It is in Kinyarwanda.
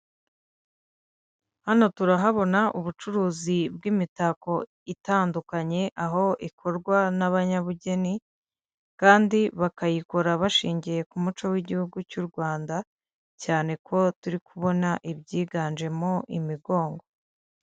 Hano turahabona ubucuruzi bw'imitako itandukanye aho ikorwa n'abanyabugeni kandi bakayikora bashingiye ku muco w'Igihugu cy'u Rwanda cyane ko turi kubona ibyiganjemo imigongo.